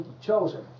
chosen